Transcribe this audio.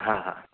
हां हां